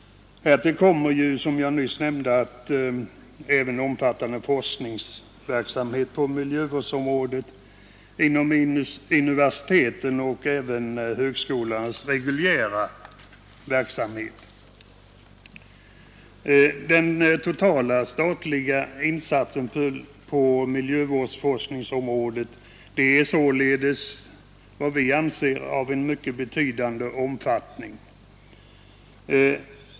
Härtill kommer, som jag nyss nämnde, den omfattande forskningsverksamhet på miljövårdsområdet som bedrivs inom universitetens och högskolornas reguljära verksamhet. De totala statliga insatserna på miljövårdsforskningsområdet är således, anser vi, av en mycket betydande omfattning.